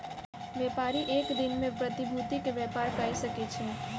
व्यापारी एक दिन में प्रतिभूति के व्यापार कय सकै छै